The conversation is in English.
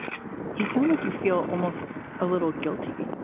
you sound like you feel almost a little guilty